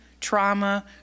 trauma